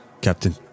Captain